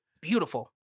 Beautiful